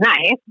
nice